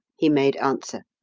he made answer.